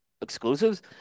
exclusives